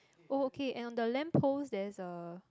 oh okay and on the lamppost there's a